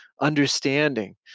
understanding